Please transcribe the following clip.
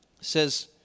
says